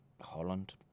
holland